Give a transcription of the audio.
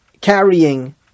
Carrying